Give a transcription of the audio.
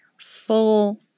full